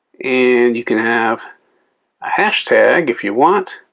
and you can have a hashtag if you want.